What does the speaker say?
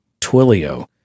Twilio